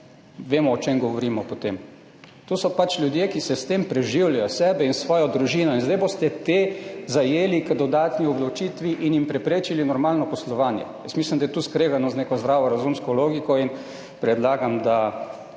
vemo, o čem govorimo potem. To so pač ljudje, ki se s tem preživljajo, sebe in svojo družino. In zdaj boste te zajeli k dodatni obdavčitvi in jim preprečili normalno poslovanje. Jaz mislim, da je to skregano z neko zdravo razumsko logiko, in predlagam, da